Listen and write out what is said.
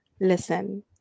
listen